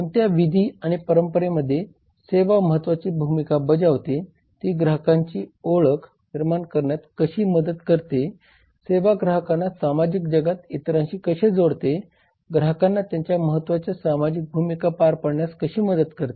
कोणत्या विधी किंवा परंपरेमध्ये सेवा महत्वाची भूमिका बजावते ती ग्राहकांची ओळख निर्माण करण्यात कशी मदत करते सेवा ग्राहकांना सामाजिक जगात इतरांशी कशी जोडते ग्राहकांना त्यांच्या महत्त्वाच्या सामाजिक भूमिका पार पाडण्यास कशी मदत करते